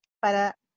para